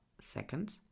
second